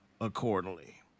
accordingly